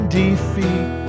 defeat